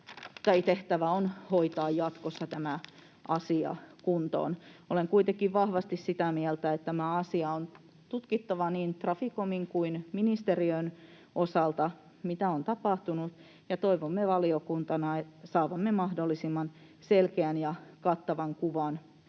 tehtävä on hoitaa jatkossa tämä asia kuntoon. Olen kuitenkin vahvasti sitä mieltä, että tämä asia on tutkittava niin Traficomin kuin ministeriön osalta, mitä on tapahtunut, ja valiokuntana toivomme saavamme mahdollisimman selkeän ja kattavan kuvan